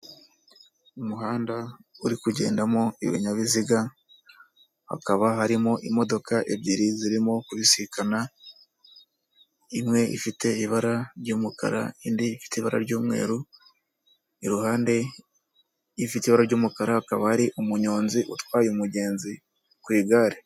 Umuhanda uri kugendamo ibinyabiziga, hakaba harimo imodoka ebyiri zirimo kubisikana, imwe ifite ibara ry'umukara, indi ifite ibara ry'umweru, i ruhande ifite ibara ry'umukara hakaba hari umunyonzi utwaye umugenzi, ku igare.